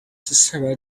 sarah